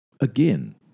Again